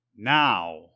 Now